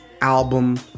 album